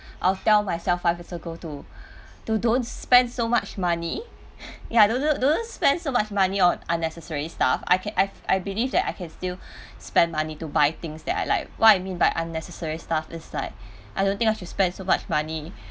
I'll tell myself five years ago to to don't spend so much money ya do not do not spend so much money on unnecessary stuff I ca~ I c~ I believe that I can still spend money to buy things that I like what I mean by unnecessary stuff is like I don't think I should spend so much money